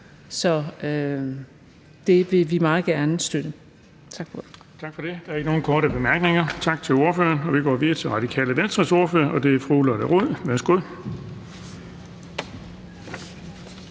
(Erling Bonnesen): Tak for det. Der er ingen korte bemærkninger. Tak til ordføreren. Vi går videre til Radikale Venstres ordfører, og det er fru Lotte Rod. Værsgo.